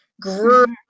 group